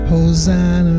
Hosanna